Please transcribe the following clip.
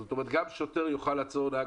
זאת אומרת גם שוטר יוכל לעצור נהג